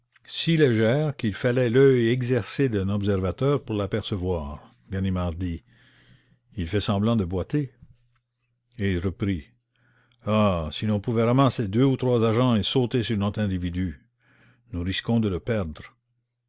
si légère qu'il fallait l'œil exercé d'un observateur pour la percevoir ganimard dit il fait semblant de boiter et il reprit ah si l'on pouvait ramasser deux ou trois agents et sauter sur notre individu nous risquons de le perdre